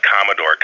Commodore